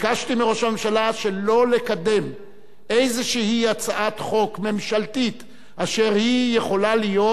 ביקשתי מראש הממשלה שלא לקדם איזו הצעת חוק ממשלתית אשר יכולה להיות